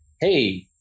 hey